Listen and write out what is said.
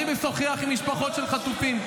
אני משוחח עם משפחות של חטופים.